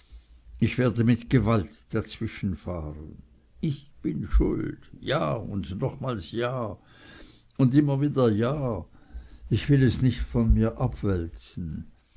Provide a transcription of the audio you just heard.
ich werde mit gewalt dazwischenfahren ich bin schuld ja und nochmals ja und immer wieder ja ich will es nicht von mir abwälzen